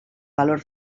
valor